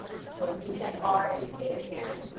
so, we send our educators